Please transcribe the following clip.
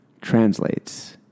translates